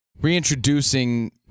reintroducing